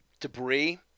debris